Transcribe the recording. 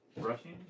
brushing